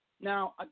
Now